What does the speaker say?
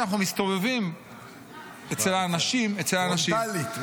כשאנחנו מסתובבים אצל האנשים -- טוטלית,